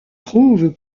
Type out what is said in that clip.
trouve